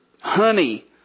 honey